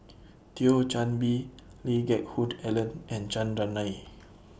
Thio Chan Bee Lee Geck Hoon Ellen and Chandran Nair